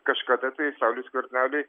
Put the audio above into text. kažkada tai sauliui skverneliui